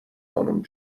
خانوم